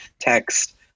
text